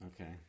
Okay